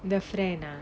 the friend